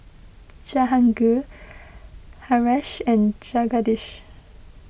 Jahangir Haresh and Jagadish